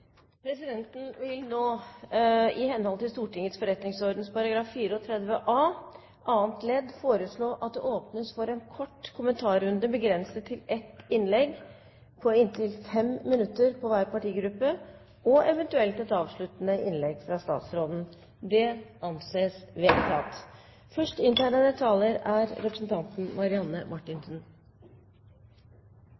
Presidenten vil i henhold til Stortingets forretningsordens § 34 a annet ledd foreslå at det åpnes for en kort kommentarrunde begrenset til ett innlegg på inntil 5 minutter fra hver partigruppe, og eventuelt et avsluttende innlegg fra statsråden. – Det anses vedtatt.